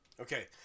Okay